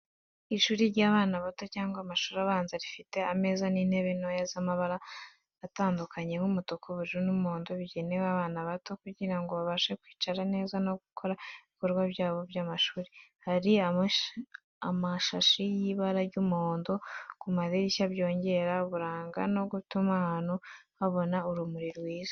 Ishuri ry'abana bato cyangwa amashuri abanza, rifite ameza n'intebe ntoya z'amabara atandukanye nk'umutuku, ubururu, n'umuhondo, bigenewe abana bato kugira ngo babashe kwicara neza no gukora ibikorwa byabo by'amashuri. Hariho amashashi y'ibara ry'umuhondo ku madirisha byongera uburanga no gutuma ahantu habona urumuri rwiza.